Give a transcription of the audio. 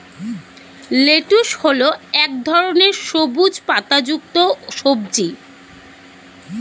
lettuce হল এক ধরনের সবুজ পাতাযুক্ত সবজি